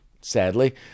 sadly